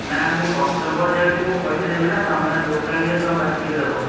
ନା ମୁଁ କଷ୍ଟମର୍ ଯେହେତୁ ମୁଁ ପଇସା ଦେବି ନା ତୁମେ ଦୋକାନୀ ଯେହେତୁ ତୁମେ ବାଛିକି ଦେବ